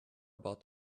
about